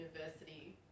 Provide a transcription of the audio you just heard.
university